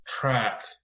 track